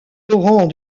torrent